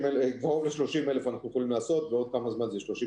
קרוב ל-30,000 אנחנו יכולים לעשות ועוד כמה זמן זה יהיה